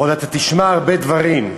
ועוד אתה תשמע הרבה דברים.